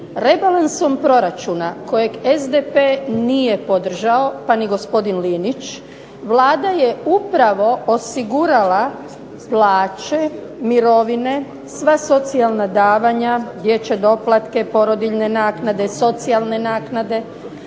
Rebalansom proračuna kojeg SDP nije podržao, pa ni gospodin Linić, Vlada je upravo osigurala plaće, mirovine, sva socijalna davanja, dječje doplatke, porodiljne naknade, socijalne naknade,